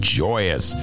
joyous